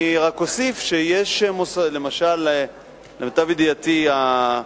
אני רק אוסיף שלמיטב ידיעתי, למשל,